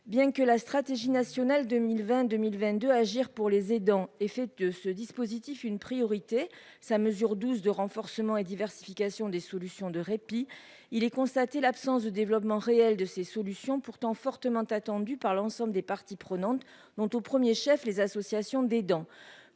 bien que la stratégie nationale 2020, 2022, agir pour les aidants, effet de ce dispositif, une priorité sa mesure 12 de renforcement et diversification des solutions de répit il est constaté l'absence de développement réel de ces solutions pourtant fortement attendue par l'ensemble des parties prenantes dont au 1er chef les associations des dents,